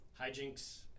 hijinks